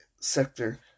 sector